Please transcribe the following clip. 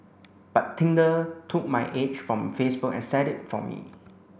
but Tinder took my age from Facebook and set it for me